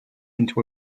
into